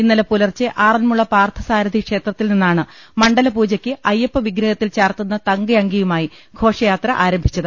ഇന്നലെ പുലർച്ചെ ആറന്മുള പാർത്ഥസാരഥി ക്ഷേത്രത്തിൽ നിന്നാണ് മണ്ഡലപൂജയ്ക്ക് അയ്യപ്പവിഗ്രഹത്തിൽ ചാർത്തുന്ന തങ്കയങ്കിയു മായി ഘോഷയാത്ര ആരംഭിച്ചത്